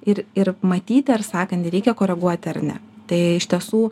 ir ir matyti ar sąkandį reikia koreguoti ar ne tai iš tiesų